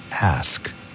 ask